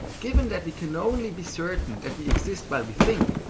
given that we can only be certain that we exist while we think,